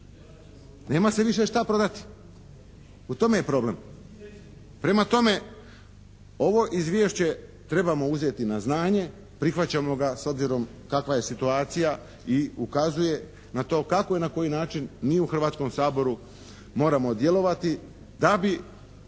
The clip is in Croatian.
Nema se više šta prodati, u tome je problem. Prema tome ovo izvješće trebamo uzeti na znanje, prihvaćamo ga s obzirom kakva je situacija i ukazuje na to kako i na koji način mi u Hrvatskom saboru moramo djelovati da bi